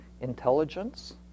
intelligence